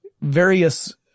various